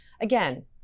again